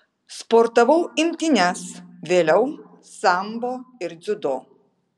sportavau imtynes vėliau sambo ir dziudo